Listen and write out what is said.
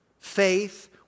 Faith